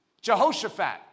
Jehoshaphat